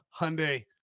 Hyundai